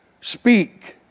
Speak